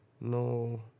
No